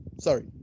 sorry